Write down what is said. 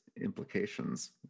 implications